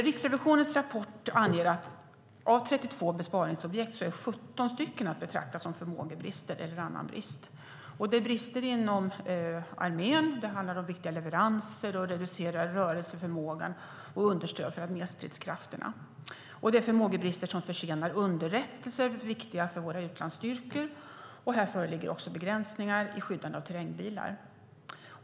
Riksrevisionens rapport anger att av 32 besparingsobjekt är 17 att betrakta som förmågebrister eller annan brist. Det är brister inom armén och i viktiga leveranser, reducerar rörelseförmågan och understöd för arméstridskrafterna. Det är förmågebrister som försenar underrättelser som är viktiga för våra utlandsstyrkor, och här föreligger också begränsningar i skyddande terrängbilar.